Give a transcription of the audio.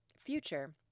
future